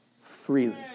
freely